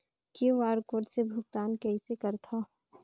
QR code से भुगतान कइसे करथव?